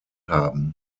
haben